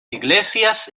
iglesias